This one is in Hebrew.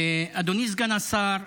אדוני סגן השר,